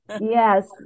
Yes